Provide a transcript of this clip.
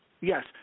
yes